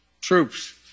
troops